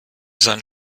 seinen